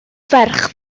ferch